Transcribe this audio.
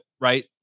right